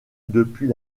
depuis